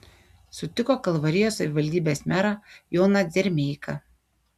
sutiko kalvarijos savivaldybės merą joną dzermeiką